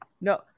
No